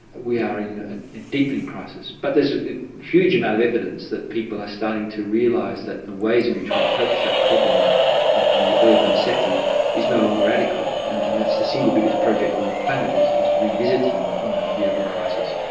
we are in a deepening crisis. but there's a huge amount of evidence that people are starting to realise that the ways in which we've approached that problem of the urban setting is no longer adequate, and and that's the single biggest project on the planet, is is revisiting the urban crisis.